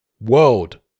world